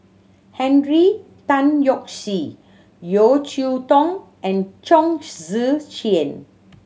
Henry Tan Yoke See Yeo Cheow Tong and Chong Tze Chien